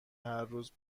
هرروز